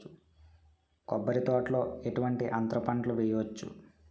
కొబ్బరి తోటలో ఎటువంటి అంతర పంటలు వేయవచ్చును?